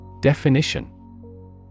Definition